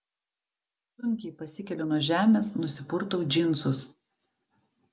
sunkiai pasikeliu nuo žemės nusipurtau džinsus